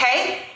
okay